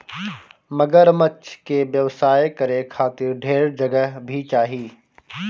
मगरमच्छ के व्यवसाय करे खातिर ढेर जगह भी चाही